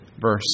verse